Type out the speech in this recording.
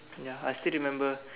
ya I still remember